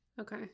Okay